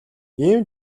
ийм